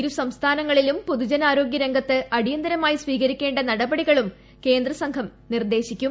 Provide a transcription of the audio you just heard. ഇരു സംസ്ഥാനങ്ങളിലും പൊതുജനാരോഗ്യരംഗത്ത് അടിയന്തരമായി സ്വീകരിക്കേണ്ട നടപടികളും കേന്ദ്ര സംഘം നിർദ്ദേശിക്കും